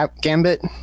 gambit